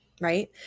right